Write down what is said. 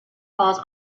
falls